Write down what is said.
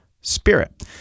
spirit